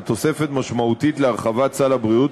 על תוספת משמעותית להרחבת סל הבריאות,